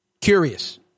Curious